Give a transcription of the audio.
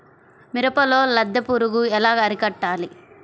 మిరపలో లద్దె పురుగు ఎలా అరికట్టాలి?